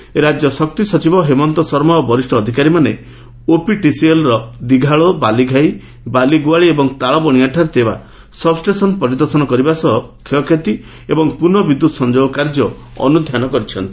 ସେହିପରି ରାଜ୍ୟ ଶକ୍ତିସଚିବ ହେମନ୍ତ ଶର୍ମା ଓ ବରିଷ ଅଧିକାରୀମାନେ ଓପିଟିସିଏଲ୍ର ଦୀଘାଳୋ ବାଲିଘାଇ ବାଲିଗୁଆଳି ଓ ତାଳବଶିଆଠାରେ ଥିବା ସବ୍ଷେସନ୍ ପରିଦର୍ଶନ କରିବା ସହ କ୍ଷୟକ୍ଷତି ଏବଂ ପୁନଃବିଦ୍ୟୁତ୍ ସଂଯୋଗ କାର୍ଯ୍ୟ ଅନୁଧ୍ୟାନ କରିଛନ୍ତି